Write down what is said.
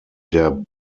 der